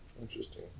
Interesting